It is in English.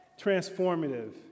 Transformative